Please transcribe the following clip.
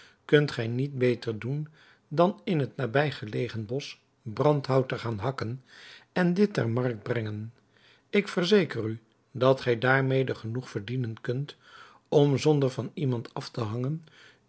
kunt gij niet beter doen dan in het nabij gelegen bosch brandhout te gaan hakken en dit ter markt te brengen ik verzeker u dat gij daarmede genoeg verdienen kunt om zonder van iemand af te hangen